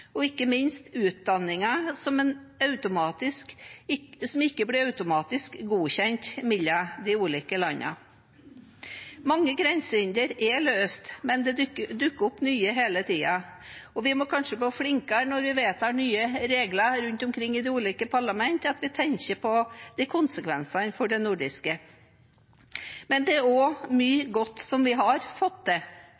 og ikke minst utdanninger som ikke blir automatisk godkjent mellom de ulike landene. Mange grensehindre er løst, men det dukker opp nye hele tiden. Vi må kanskje bli flinkere når vi vedtar nye regler rundt omkring i de ulike parlamentene, at vi tenker på konsekvensene for det nordiske. Men det er også mye